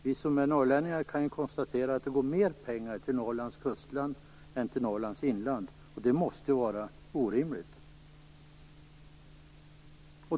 Vi norrlänningar kan konstatera att det går mer pengar till Norrlands kustland än till Norrlands inland. Det är orimligt.